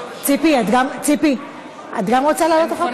ציפי, גם את רוצה לעלות אחר כך?